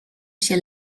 się